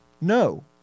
no